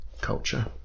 culture